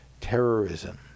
terrorism